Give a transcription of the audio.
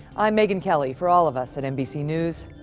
um megyn kelly. for all of us at nbc news,